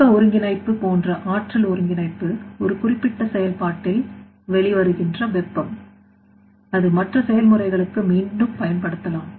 வெப்பஒருங்கிணைப்பு போன்ற ஆற்றல் ஒருங்கிணைப்பு ஒரு குறிப்பிட்ட செயல்பாட்டில் வெளிவருகின்ற வெப்பம் அது மற்ற செயல்முறைகளுக்கு மீண்டும் பயன்படுத்தலாம்